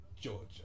Georgia